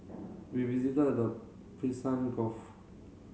we visited the Gulf